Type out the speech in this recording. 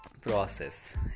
process